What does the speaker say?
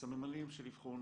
הסממנים של אבחון